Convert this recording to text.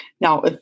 Now